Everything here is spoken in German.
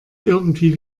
irgendwie